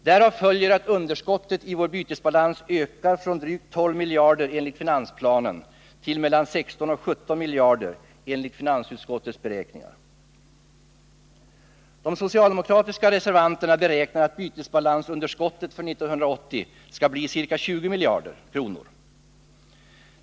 Därav följer att underskottet i vår bytesbalans ökar från drygt 12 miljarder enligt finansplanen till mellan 16 och 17 miljarder enligt finansutskottets beräkningar. De socialdemokratiska reservanterna beräknar att bytesbalansunderskottet för 1980 skall bli ca 20 miljarder kronor.